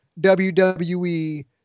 WWE